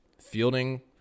fielding